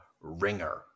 ringer